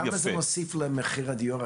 כמה זה מוסיף למחיר הדיור?